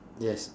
yes